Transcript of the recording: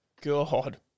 God